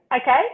Okay